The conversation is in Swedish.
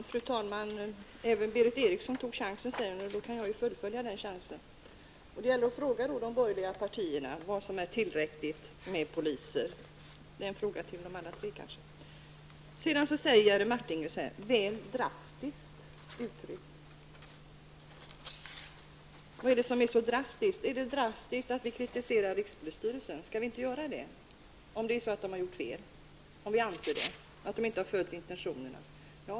Fru talman! Berith Eriksson sade att hon tog chansen, och då kan ju jag fullfölja den chansen genom att fråga de borgerliga partierna vad de anser är tillräckligt antal poliser. Detta är en fråga till alla tre partierna. Jerry Martinger säger att utskottsmajoriteten uttryckt sig väl drastiskt. Vad är det som är så drastiskt? Är det drastiskt att vi kritiserar rikspolisstyrelsen? Skall vi inte göra det om vi anser att den har gjort fel och att man inte följt intentionerna?